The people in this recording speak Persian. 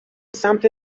سمت